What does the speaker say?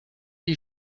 die